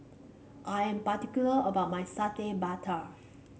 I am particular about my Satay Babat